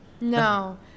No